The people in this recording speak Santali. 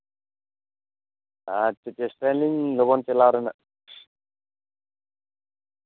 ᱟᱪᱪᱷᱟ ᱪᱮᱥᱴᱟᱭᱟᱞᱤᱧ ᱞᱚᱜᱚᱱ ᱪᱟᱞᱟᱜ ᱨᱮᱱᱟᱜ